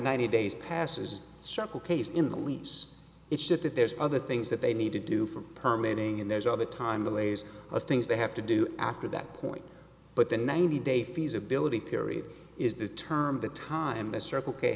ninety days passes circle case in the lease it's just that there's other things that they need to do for permeating and there's all the time delays or things they have to do after that point but the ninety day feasibility period is the term the time the circle k